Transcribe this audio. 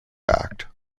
act